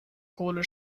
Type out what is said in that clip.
kohle